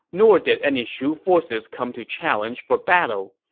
nor did any shu forces come to challenge for battle.